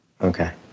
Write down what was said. Okay